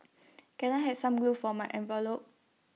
can I have some glue for my envelopes